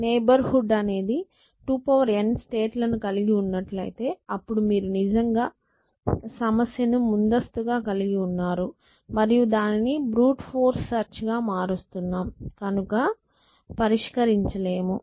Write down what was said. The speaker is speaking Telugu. నైబర్ హుడ్ అనేది 2n స్టేట్ లను కలిగి ఉన్నట్లయితే అప్పుడు మీరు నిజంగా సమస్య ను ముందస్తుగా కలిగి ఉన్నారు మరియు దానిని బ్రూట్ ఫోర్స్ సెర్చ్ గా మారుస్తున్నాం కనుక పరిష్కరించలేము